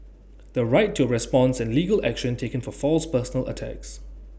the right to A response and legal action taken for false personal attacks